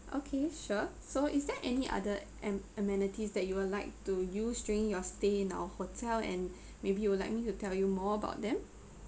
okay sure so is there any other am~ amenities that you will like to use during your stay in our hotel and maybe you would like me to tell you more about them